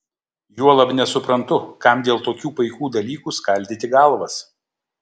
juolab nesuprantu kam dėl tokių paikų dalykų skaldyti galvas